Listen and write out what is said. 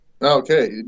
Okay